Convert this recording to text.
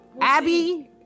Abby